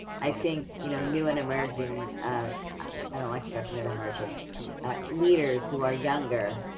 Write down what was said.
i think you know new and emerging i don't like talking about emerging ah leaders who are younger,